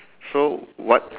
so what